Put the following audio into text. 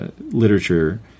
literature